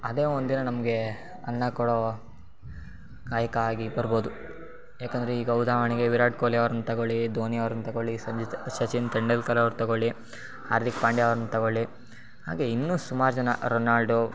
ಅದೇ ಒಂದಿನ ನಮಗೆ ಅನ್ನ ಕೊಡೋ ಕಾಯಕ ಆಗಿ ಬರ್ಬೋದು ಏಕಂದ್ರೆ ಈಗ ಉದಾಹರಣೆಗೆ ವಿರಾಟ್ ಕೊಹ್ಲಿ ಅವ್ರನ್ನು ತೊಗೊಳ್ಳಿ ಧೋನಿ ಅವ್ರನ್ನು ತೊಗೊಳ್ಳಿ ಸಂಜಿತ್ ಸಚಿನ್ ತೆಂಡೂಲ್ಕರವ್ರು ತೊಗೊಳ್ಳಿ ಹಾರ್ದಿಕ್ ಪಾಂಡ್ಯ ಅವ್ರ್ನ ತೊಗೊಳ್ಳಿ ಹಾಗೇ ಇನ್ನೂ ಸುಮಾರು ಜನ ರೊನಾಲ್ಡೊ